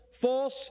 false